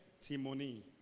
testimony